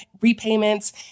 repayments